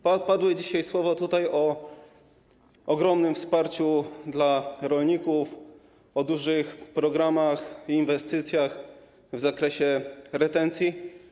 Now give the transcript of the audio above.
Padły tu dzisiaj słowa o ogromnym wsparciu dla rolników, o dużych programach i inwestycjach w zakresie retencji,